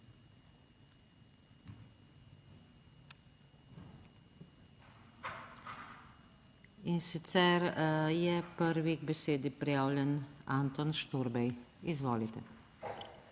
In sicer je prvi k besedi prijavljen Anton Šturbej. Izvolite.